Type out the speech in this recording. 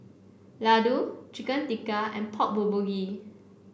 Ladoo Chicken Tikka and Pork Bulgogi